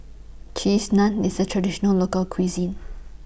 Cheese Naan IS A Traditional Local Cuisine